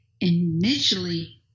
initially